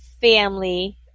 family